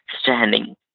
standing